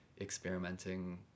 experimenting